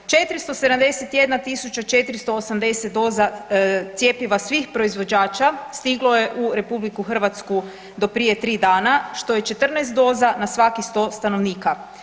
471 480 doza cjepiva svih proizvođača stiglo je u RH do prije 3 dana, što je 14 doza na svakih 100 stanovnika.